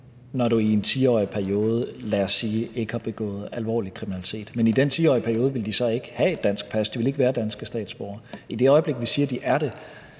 når du i en 10-årig periode, lad os sige ikke har begået alvorlig kriminalitet. Men i den 10-årige periode ville de så ikke have et dansk pas; de ville ikke være danske statsborgere. I det øjeblik vi siger, at de er det,